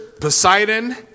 Poseidon